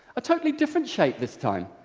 a totally different shape this time.